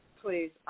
please